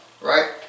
right